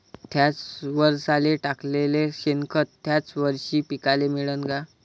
थ्याच वरसाले टाकलेलं शेनखत थ्याच वरशी पिकाले मिळन का?